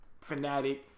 fanatic